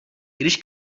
když